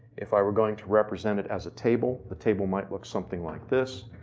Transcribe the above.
if i were going to represent it as a table, the table might look something like this,